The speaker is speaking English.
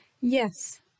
Yes